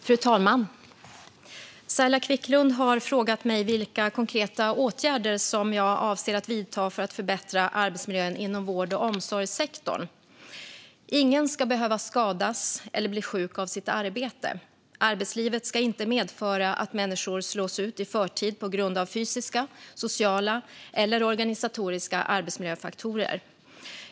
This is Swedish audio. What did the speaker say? Fru talman! Saila Quicklund har frågat mig vilka konkreta åtgärder jag avser att vidta för att förbättra arbetsmiljön inom vård och omsorgssektorn. Ingen ska behöva skadas eller bli sjuk av sitt arbete. Arbetslivet ska inte medföra att människor slås ut i förtid på grund av fysiska, sociala eller organisatoriska arbetsmiljöfaktorer.